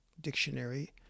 Dictionary